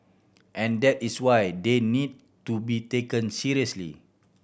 and that is why they need to be taken seriously